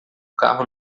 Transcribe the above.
carro